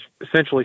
essentially